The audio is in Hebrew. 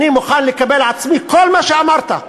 אני מוכן לקבל על עצמי כל מה שאמרת.